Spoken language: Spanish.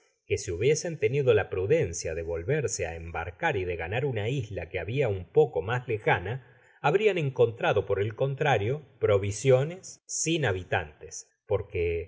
que si hubiesen tenido la prudencia de volverse á embarcar y de ganar una isla que habia un poco mas lejana habrian encontrado por el contrario provisiones sin habitantes porque